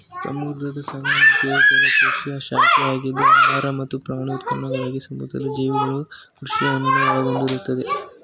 ಸಮುದ್ರ ಸಾಕಾಣಿಕೆಯು ಜಲಕೃಷಿಯ ಶಾಖೆಯಾಗಿದ್ದು ಆಹಾರ ಮತ್ತು ಪ್ರಾಣಿ ಉತ್ಪನ್ನಗಳಿಗಾಗಿ ಸಮುದ್ರ ಜೀವಿಗಳ ಕೃಷಿಯನ್ನು ಒಳಗೊಂಡಿರ್ತದೆ